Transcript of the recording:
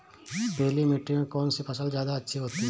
पीली मिट्टी में कौन सी फसल ज्यादा अच्छी होती है?